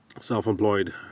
self-employed